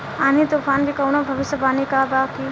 आँधी तूफान के कवनों भविष्य वानी बा की?